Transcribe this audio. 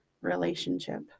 relationship